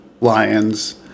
lions